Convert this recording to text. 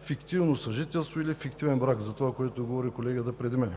фиктивно съжителство или фиктивен брак – за това, което е говорил колегата преди мен;